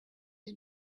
had